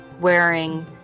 wearing